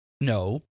No